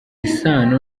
isano